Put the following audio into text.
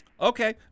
okay